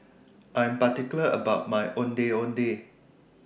I Am particular about My Ondeh Ondeh